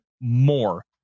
more